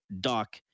Doc